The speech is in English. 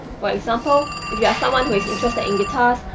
for example, if you are someone who is interested in guitars,